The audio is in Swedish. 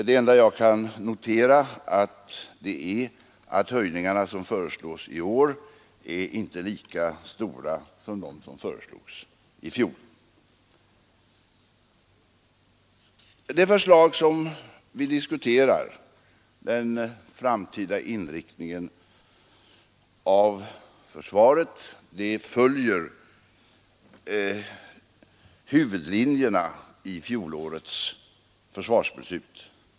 Det enda jag kan notera är att de höjningar som föreslås i år inte är lika stora som de höjningar som föreslogs i fjol. Det förslag som vi diskuterar och som gäller den framtida inriktningen av försvaret följer huvudlinjerna i fjolårets försvarsbeslut.